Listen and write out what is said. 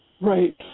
right